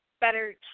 better